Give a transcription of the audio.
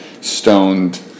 stoned